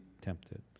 tempted